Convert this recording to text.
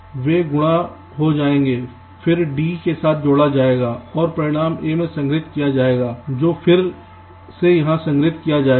वे गुणा हो जाएंगे फिर d के साथ जोड़ा जाएगा और परिणाम a में संग्रहीत किया जाएगा जो फिर से यहां संग्रहीत किया जाएगा